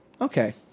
Okay